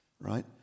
right